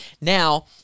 Now